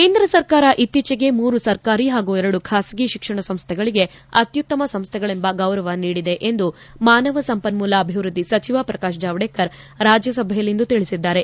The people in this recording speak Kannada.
ಕೇಂದ್ರ ಸರ್ಕಾರ ಇತ್ತೀಚೆಗೆ ಮೂರು ಸರ್ಕಾರಿ ಹಾಗೂ ಎರಡು ಖಾಸಗಿ ಶಿಕ್ಷಣ ಸಂಸ್ಥೆಗಳಿಗೆ ಅತ್ನುತ್ತಮ ಸಂಸ್ಥೆಗಳೆಂಬ ಗೌರವ ನೀಡಿದೆ ಎಂದು ಮಾನವ ಸಂಪನ್ಮೂಲ ಅಭಿವೃದ್ಧಿ ಸಚಿವ ಪ್ರಕಾಶ್ ಜಾವಡೇಕರ್ ರಾಜ್ಯಸಭೆಯಲ್ಲಿಂದು ತಿಳಿಸಿದ್ದಾರೆ